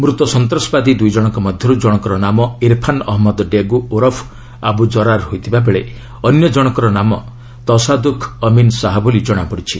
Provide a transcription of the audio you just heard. ମୃତ ସନ୍ତାସବାଦୀ ଦୁଇ ଜଣଙ୍କ ମଧ୍ୟରୁ ଜଣଙ୍କର ନାମ ଇରଫାନ୍ ଅହମ୍ମଦ ଡେଗୁ ଓରଫ୍ ଆବୁ ଜରାର୍ ହୋଇଥିବା ବେଳେ ଅନ୍ୟ ଜଣଙ୍କର ନାମ ତସାଦୁଖ ଅମିନ୍ ଶାହା ବୋଲି ଜଣାପଡ଼ିଛି